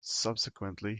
subsequently